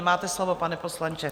Máte slovo, pane poslanče.